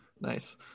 Nice